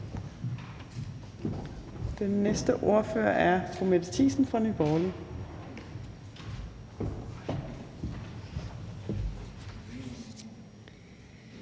Den næste ordfører er fru Mette Thiesen fra Nye